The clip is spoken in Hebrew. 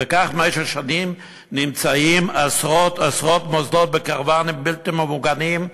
וכך במשך שנים נמצאים עשרות-עשרות מוסדות בקרוונים בלתי ממוגנים,